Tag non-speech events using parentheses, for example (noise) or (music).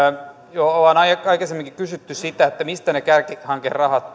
on aikaisemminkin kysytty sitä mistä ne kärkihankerahat (unintelligible)